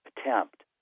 attempt